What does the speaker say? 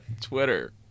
Twitter